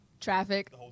Traffic